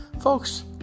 Folks